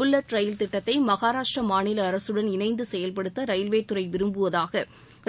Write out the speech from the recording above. bullet ரயில் திட்டத்தை மகாராஷ்டிரா மாநில அரசுடன் இணைந்து செயல்படுத்த ரயில்வே துறை விரும்புவதாக